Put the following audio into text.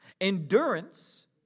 Endurance